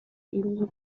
ebenso